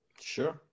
Sure